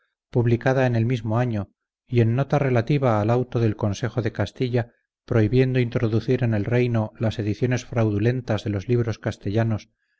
publicada en el mismo año y en nota relativa al auto del consejo de castilla prohibiendo introducir en el reino las ediciones fraudulentas de los libros castellanos